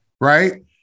Right